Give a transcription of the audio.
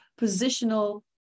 positional